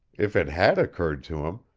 if it had occurred to him,